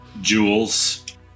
Jewels